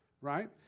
right